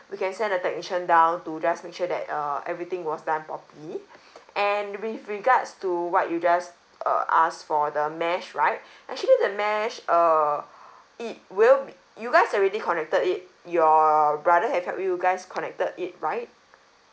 we can send a technician down to just make sure that uh everything was done properly and with regards to what you just uh asked for the mesh right actually the mesh err it will b~ you guys already connected it your brother have helped you guys connected it right